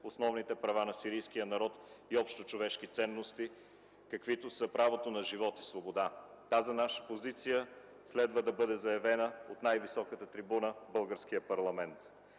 основните права на сирийския народ и общочовешките ценности, каквито са правото на живот и свобода. Тази наша позиция следва да бъде заявена от най-високата трибуна – българския парламент.